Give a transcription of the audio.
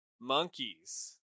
Monkeys